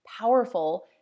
powerful